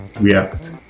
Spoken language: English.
react